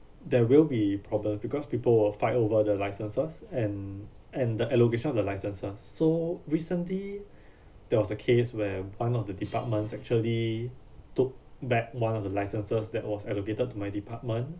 there will be problem because people will fight over the licences and and the allocation of the licenses so recently there was a case where one of the departments actually took back one of the licenses that was allocated to my department